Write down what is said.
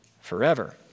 forever